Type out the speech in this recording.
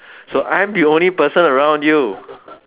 so I'm the only person around you